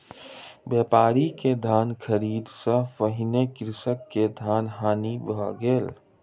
व्यापारी के धान ख़रीदै सॅ पहिने कृषक के धानक हानि भ गेल